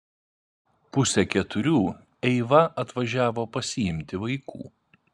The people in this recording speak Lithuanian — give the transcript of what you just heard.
pusę keturių eiva atvažiavo pasiimti vaikų